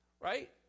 Right